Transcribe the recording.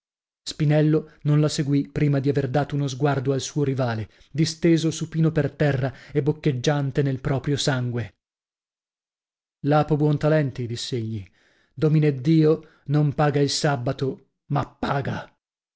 spinello non la seguì prima di aver dato uno sguardo al suo rivale disteso supino per terra a boccheggiante nel proprio sangue lapo buontalenti diss'egli domineddio non paga il sabbato ma paga